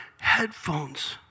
headphones